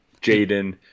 Jaden